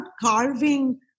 carving